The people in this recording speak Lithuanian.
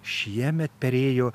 šiemet perėjo